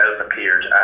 appeared